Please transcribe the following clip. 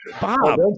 Bob